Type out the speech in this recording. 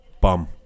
Bum